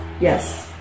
Yes